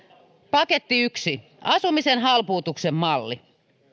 paketti yksi asumisen halpuutuksen malli